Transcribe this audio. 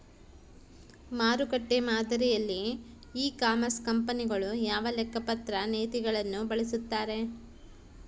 ಮಾರುಕಟ್ಟೆ ಮಾದರಿಯಲ್ಲಿ e commerce ಕಂಪನಿಗಳು ಯಾವ ಲೆಕ್ಕಪತ್ರ ನೇತಿಗಳನ್ನು ಬಳಸುತ್ತಾರೆ?